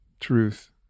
truth